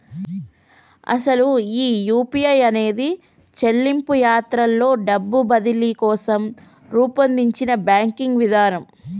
అసలు ఈ యూ.పీ.ఐ అనేది చెల్లింపు యాత్రలో డబ్బు బదిలీ కోసం రూపొందించిన బ్యాంకింగ్ విధానం